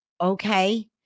okay